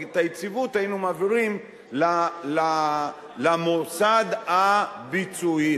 ואת היציבות היינו מעבירים למוסד הביצועי,